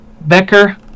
Becker